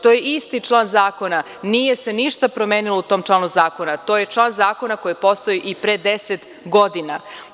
To je isti član zakona, nije se ništa promenilo u tom članu zakona, to je član zakona koji je postojao i pre deset godina.